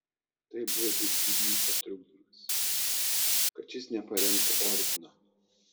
tai buvo tik zigmanto trukdymas kad šis neparemtų ordino